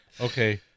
Okay